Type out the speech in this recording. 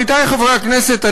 עמיתי חברי הכנסת,